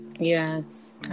Yes